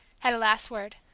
had a last word.